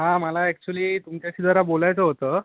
हा मला ऍक्च्युली तुमच्याशी जरा बोलायचं होतं